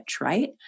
Right